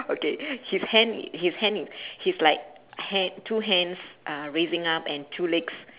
okay his hand his hand he's like ha~ two hands uh raising up and two legs